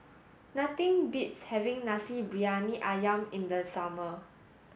nothing beats having Nasi Briyani Ayam in the summer